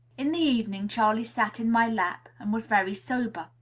in the evening, charley sat in my lap, and was very sober.